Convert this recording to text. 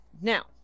Now